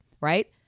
Right